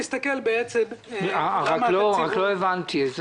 לא הבנתי.